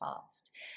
past